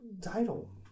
title